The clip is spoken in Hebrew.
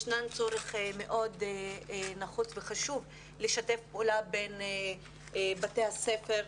ישנו צורך מאוד נחוץ וחשוב לשתף פעולה בין בתי הספר,